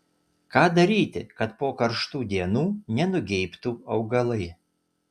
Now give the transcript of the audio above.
ką daryti kad po karštų dienų nenugeibtų augalai